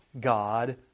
God